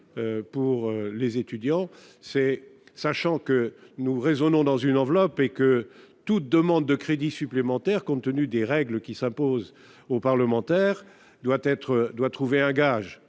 pour les étudiants c'est sachant que nous raisonnons dans une enveloppe et que toute demande de crédits supplémentaires compte tenu des règles qui s'imposent aux parlementaires doit être, doit trouver un gage